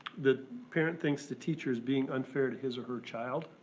the parent thinks the teacher is being unfair to his or her child.